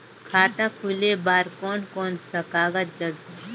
खाता खुले बार कोन कोन सा कागज़ लगही?